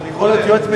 יכול להיות יועץ מדיני.